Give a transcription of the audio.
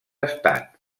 estat